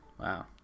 Wow